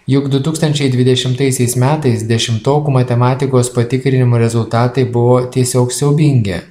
juk du tūkstančiai dvidešimtaisiais metais dešimtokų matematikos patikrinimo rezultatai buvo tiesiog siaubingi